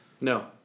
No